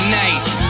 nice